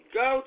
go